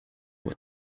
with